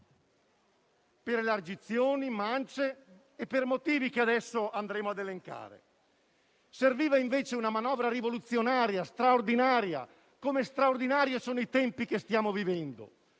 per elargizioni, mance e per altri motivi che adesso andremo ad elencare. Serviva invece una manovra rivoluzionaria e straordinaria, come straordinari sono i tempi che stiamo vivendo;